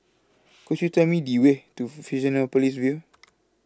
Could YOU Tell Me The Way to Fusionopolis View